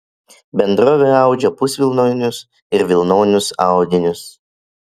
bendrovė audžia pusvilnonius ir vilnonius audinius